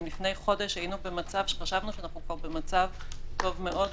אם לפני חודש חשבנו שאנחנו במצב טוב מאוד,